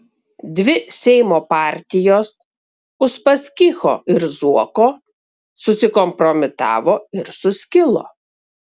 dvi seimo partijos uspaskicho ir zuoko susikompromitavo ir suskilo